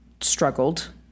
struggled